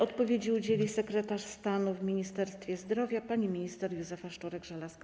Odpowiedzi udzieli sekretarz stanu w Ministerstwie Zdrowia pani minister Józefa Szczurek-Żelazko.